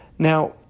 Now